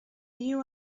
you